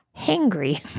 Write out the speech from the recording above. hangry